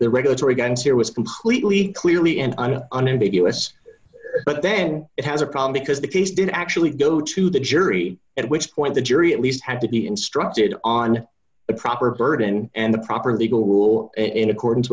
the regulatory guns here was completely clearly in an unambiguous but then it has a problem because the case did actually go to the jury at which point the jury at least had to be instructed on the proper burden and the proper legal rules in accordance